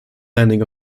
landing